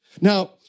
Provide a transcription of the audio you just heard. Now